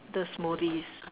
the smoothies